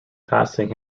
passing